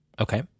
Okay